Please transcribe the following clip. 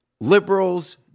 liberals